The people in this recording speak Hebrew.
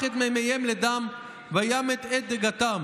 שמו בם דברי אֹתותיו